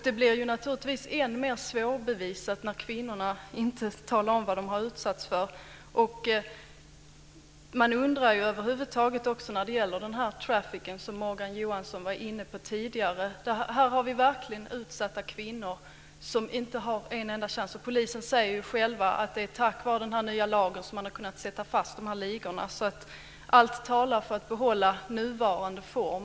Det bli naturligtvis än mer svårbevisat när kvinnorna inte talar om vad de har utsatts för. Morgan Johansson var inne på trafficking tidigare. Här har vi verkligen utsatta kvinnor som inte har en enda chans. Polisen säger själv att det är tack vare den nya lagen som man har kunnat sätta fast ligorna. Allt talar för att man ska behålla nuvarande form.